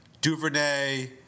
Duvernay